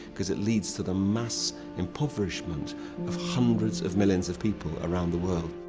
cause it leads to the mass impoverishment of hundreds of millions of people around the world.